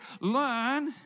learn